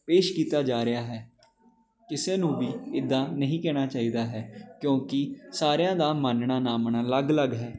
ਪੇਸ਼ ਕੀਤਾ ਜਾ ਰਿਹਾ ਹੈ ਕਿਸੇ ਨੂੰ ਵੀ ਇੱਦਾਂ ਨਹੀਂ ਕਹਿਣਾ ਚਾਹੀਦਾ ਹੈ ਕਿਉਂਕਿ ਸਾਰਿਆਂ ਦਾ ਮਾਨਣਾ ਨਾ ਮੰਨਣਾ ਅਲੱਗ ਅਲੱਗ ਹੈ